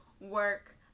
work